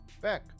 back